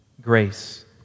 grace